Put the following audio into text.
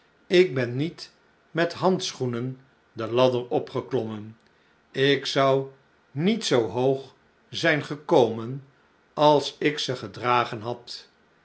ik ben niet met handschoenen de ladder opgeklommen ik zou niet zoo hoog zijn gekomen als ik ze gedragen had